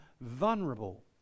vulnerable